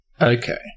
Okay